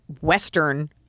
Western